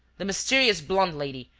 the mysterious blonde lady,